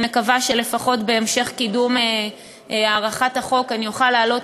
אני מקווה שלפחות בהמשך קידום החוק אני אוכל לעלות